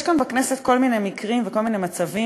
יש כאן בכנסת כל מיני מקרים וכל מיני מצבים